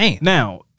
Now